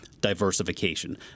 diversification